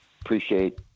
appreciate